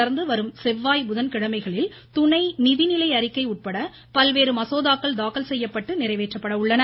தொடா்ந்து வரும் செவ்வாய் புதன்கிழமைகளில் துணை நிதிநிலை அறிக்கை உட்பட பல்வேறு மசோதாக்கள் தாக்கல் செய்யப்பட்டு நிறைவேற்றப்பட உள்ளன